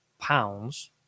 pounds